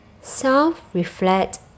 self-reflect